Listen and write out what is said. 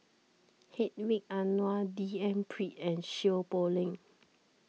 Hedwig Anuar D N Pritt and Seow Poh Leng